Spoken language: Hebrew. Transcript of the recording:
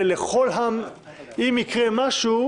ואם יקרה משהו,